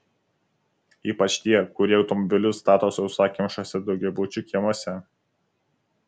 ypač tie kurie automobilius stato sausakimšuose daugiabučių kiemuose